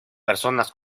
personas